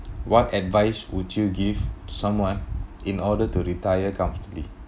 what advice would you give someone in order to retire comfortably